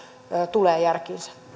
tulee järkiinsä